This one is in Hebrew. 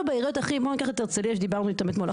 בעיריות הכי בואו ניקח את הרצליה שדיברנו איתם אתמול.